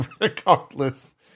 Regardless